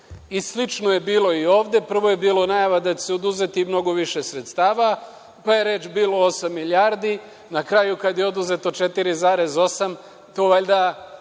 I slično je bilo i ovde. Prvo je bilo najava da će se oduzeti mnogo više sredstava, pa je reč bilo o osam milijardi. Na kraju, kada je oduzeto 4,8, to valjda